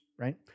right